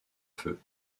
feu